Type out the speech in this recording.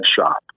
shop